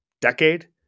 decade